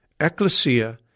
ecclesia